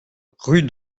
rue